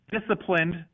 disciplined